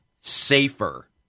safer